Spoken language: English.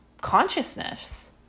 consciousness